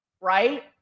right